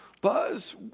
Buzz